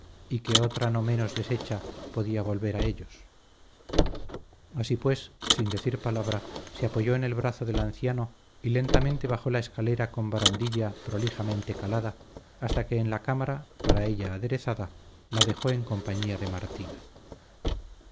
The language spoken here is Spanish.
y que otra no menos deshecha podía volver a ellos así pues sin decir palabra se apoyó en el brazo del anciano y lentamente bajó la escalera con barandilla prolijamente calada hasta que en la cámara para ella aderezada la dejó en compañía de martina